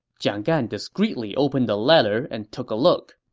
jiang gan discreetly opened the letter and took a look.